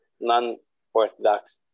non-Orthodox